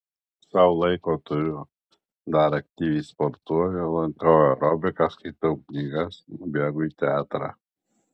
sau laiko turiu dar aktyviai sportuoju lankau aerobiką skaitau knygas nubėgu į teatrą